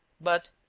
but,